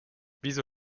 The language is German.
wieso